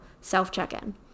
self-check-in